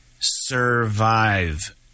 Survive